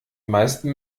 meisten